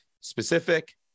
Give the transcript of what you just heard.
specific